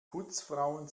putzfrauen